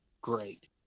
great